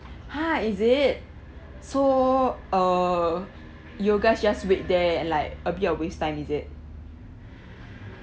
ha is it so err you guys just wait there like a bit of waste time is it